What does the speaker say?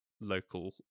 local